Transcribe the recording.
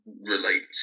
relates